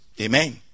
Amen